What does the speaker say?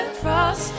cross